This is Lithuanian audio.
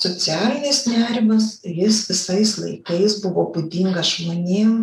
socialinis nerimas tai jis visais laikais buvo būdinga žmonėm